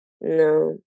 no